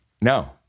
No